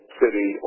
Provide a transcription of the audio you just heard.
city